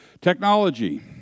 Technology